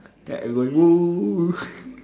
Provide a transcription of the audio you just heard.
then everybody !woo!